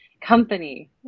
company